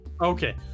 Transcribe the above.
okay